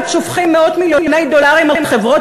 שופכים מאות מיליוני דולרים על חברות